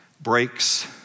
breaks